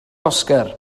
oscar